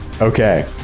Okay